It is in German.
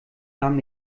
nahm